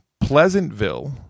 Pleasantville